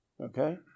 Okay